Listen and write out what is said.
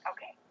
Okay